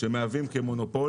שמהווים כמונופול.